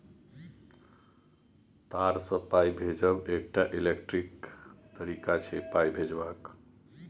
तार सँ पाइ भेजब एकटा इलेक्ट्रॉनिक तरीका छै पाइ भेजबाक